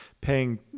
paying